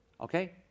Okay